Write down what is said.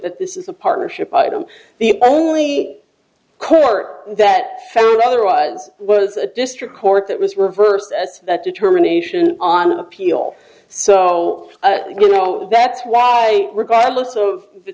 that this is a partnership item the only core that found otherwise was a district court that was reversed that determination on appeal so you know that's why regardless